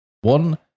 One